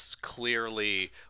clearly